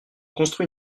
construit